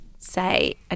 say